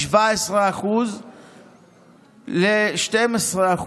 מ-17% ל-12%,